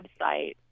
website